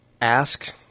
ask